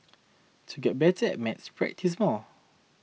to get better at maths practise more